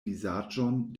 vizaĝon